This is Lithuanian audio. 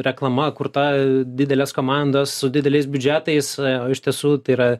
reklama kurta didelės komandos su dideliais biudžetais o iš tiesų tai yra